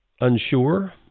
unsure